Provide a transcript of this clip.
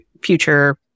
future